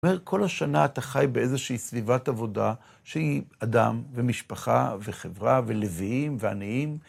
כל השנה אתה חי באיזושהי סביבת עבודה שהיא אדם, ומשפחה, וחברה, ולוויים, ועניים.